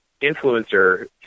influencer